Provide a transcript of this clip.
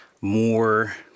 more